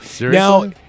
now